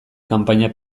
kanpaina